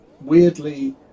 Weirdly